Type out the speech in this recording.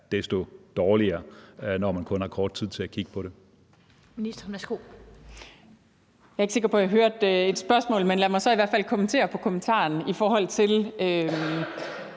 desto dårligere, når man kun har kort tid til at kigge på det.